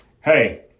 hey